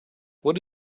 what